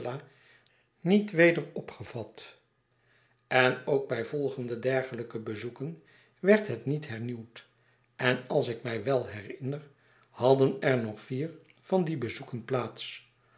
niet weder opgevat en ook bij volgende dergelijke bezoeken werd het niet hernieuwd en als ik mij wel herinner hadden er nog vier van die bezoeken plaats